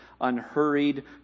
unhurried